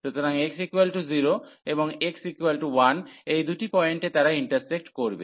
সুতরাং x0 এবং x1 এই দুটি পয়েন্টে তারা ইন্টারসেক্ট করবে